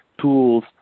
tools